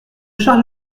charles